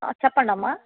చెప్పండమ్మా